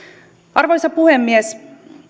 arvoisa puhemies